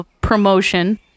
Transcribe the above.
promotion